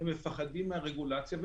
כי הם מפחדים מהרגולציה.